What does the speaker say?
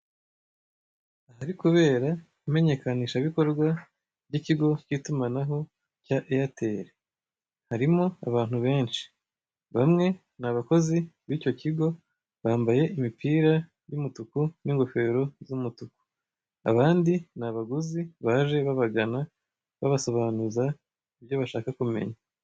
Aharikubera imenyekanishabikorwa ry'ikigo k'itumanaho cya eyateli. Hrimo abatu benshi. Bamwe ni abakozi b'icyo kigo, bambaye imipira y'umutuku n'ingofero z'umutuku. Abandi ni abaguzi baje babagana babasobanuza ibyo bashaka kumenya.